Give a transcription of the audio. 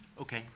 Okay